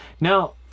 Now